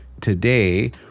today